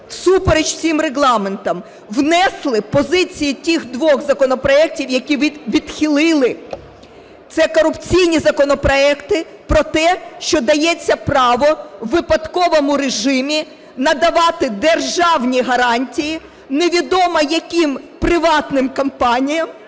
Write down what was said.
всупереч всім регламентам внесли позиції тих двох законопроектів, які відхилили? Це корупційні законопроекти про те, що дається право у випадковому режимі надавати державні гарантії невідомо яким приватним компаніям.